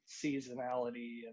seasonality